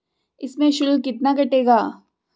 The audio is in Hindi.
इसमें शुल्क कितना कटेगा?